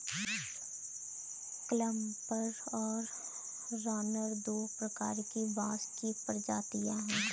clumper और runner दो प्रकार की बाँस की प्रजातियाँ हैं